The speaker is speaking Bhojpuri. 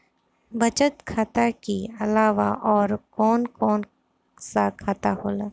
बचत खाता कि अलावा और कौन कौन सा खाता होला?